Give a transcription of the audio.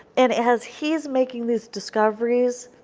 and as he is making these discoveries,